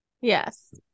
Yes